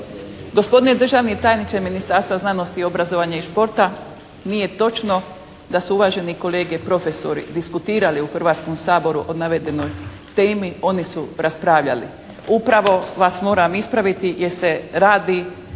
Gospodine državni tajniče Ministarstva znanosti, obrazovanja i športa nije točno da su uvaženi kolege profesori diskutirali u Hrvatskom saboru o navedenoj temi, oni su raspravljali. Upravo vas moram ispraviti jer se radi